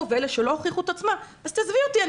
ואלה שלא הוכיחו את עצמם אז תעזבי אותי,